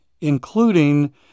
including